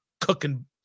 cooking